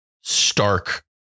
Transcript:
stark